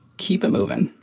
keep it moving.